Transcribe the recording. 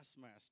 Master